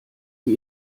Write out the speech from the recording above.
die